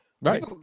right